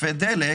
תחליפי הדלק